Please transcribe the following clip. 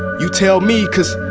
you, tell me cuz,